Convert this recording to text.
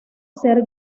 ser